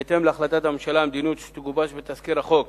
בהתאם להחלטת הממשלה, המדיניות שתגובש בתזכיר החוק